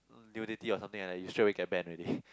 nudity or something like that you straight away get banned already